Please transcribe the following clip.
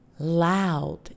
Loud